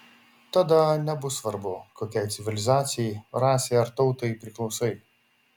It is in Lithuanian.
tada nebus svarbu kokiai civilizacijai rasei ar tautai priklausai